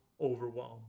overwhelmed